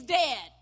dead